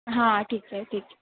हां ठीक आहे ठीक